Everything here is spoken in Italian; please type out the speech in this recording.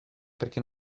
perché